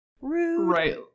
Right